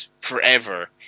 forever